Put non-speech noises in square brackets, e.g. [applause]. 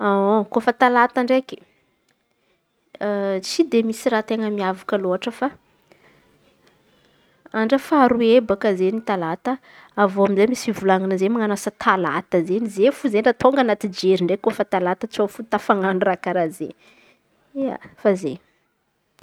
[hesitation] Kôfa talata ndraiky, tsy de misy raha ten̈a miavaky lôatra fa andro faharoa bôaka izen̈y talata. Avy eo amizay misy fivolan̈ana izen̈y manao asa talata izen̈y fô no tonga anaty jerinakà tsô fô tafan̈ano raha karà zainy. Ia, efa izen̈y.